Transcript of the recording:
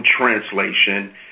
translation